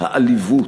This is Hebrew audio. העליבות,